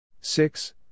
six